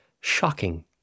shocking